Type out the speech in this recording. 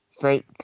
fake